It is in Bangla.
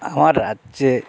আমার রাজ্যে